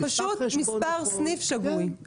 פשוט מספר סניף שגוי.